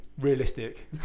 Realistic